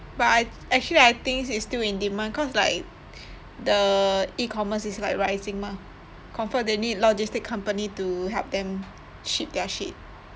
but I actually I think it's still in demand cause like the e-commerce is like rising mah confirm they need logistic company to help them ship their shit